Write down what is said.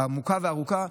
העמוקה והארוכה,